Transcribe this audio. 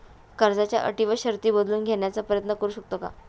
कर्जाच्या अटी व शर्ती बदलून घेण्याचा प्रयत्न करू शकतो का?